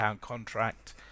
contract